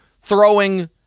throwing